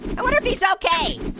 i wonder if he's okay